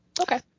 Okay